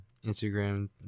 Instagram